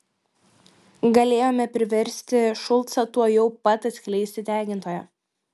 galėjome priversti šulcą tuojau pat atskleisti degintoją